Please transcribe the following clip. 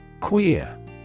Queer